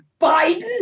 Biden